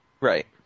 Right